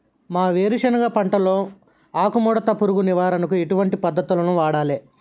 మా వేరుశెనగ పంటలో ఆకుముడత పురుగు నివారణకు ఎటువంటి పద్దతులను వాడాలే?